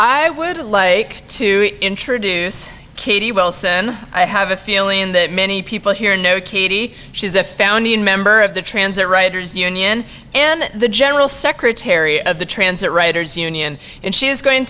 i would like to introduce katie wilson i have a feeling that many people here know katie she's a founding member of the transit writers union and the general secretary of the transit writers union and she is going